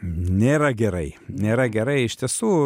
nėra gerai nėra gerai iš tiesų